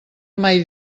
mai